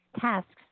tasks